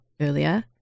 earlier